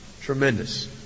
Tremendous